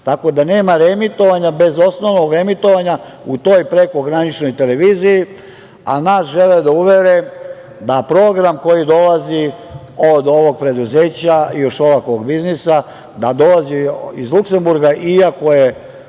tako da nema reemitovanja bez osnovnog emitovanja u toj prekograničnoj televiziji. A nas žele da uvere da program koji dolazi od ovog preduzeća i od Šolakovog biznisa da dolazi iz Luksemburga, iako je